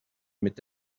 mit